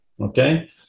Okay